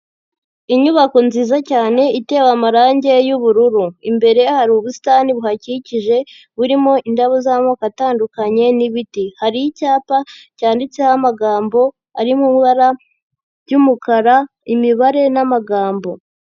Inyubako nziza cyane itewe amarangi y'ubururu. Imbere hari ubusitani buhakikije, burimo indabo z'amoko atandukanye n'ibiti. Hari icyapa cyanditseho amagambo, ari mu ibara ry'umukara, imibare n'amagambo.